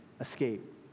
escape